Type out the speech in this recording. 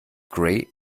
grey